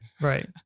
right